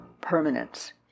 permanence